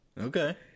Okay